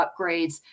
upgrades